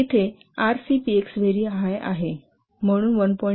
येथे RCPX very high आहे म्हणून 1